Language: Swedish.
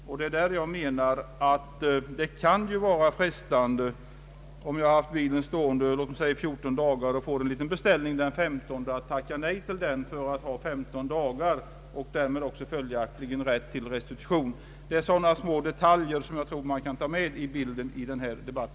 Om jag har haft bilen stående 14 dagar och får en liten beställning den femtonde, kan det vara frestande att tacka nej till den beställningen för att få 15 dagars arbetslöshet och därmed följaktligen ha rätt till restitution. Sådana små detaljer får man lov att ta med i bilden i denna debatt.